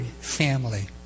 family